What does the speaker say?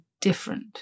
different